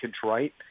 contrite